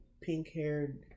pink-haired